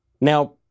Now